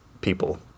people